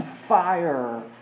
fire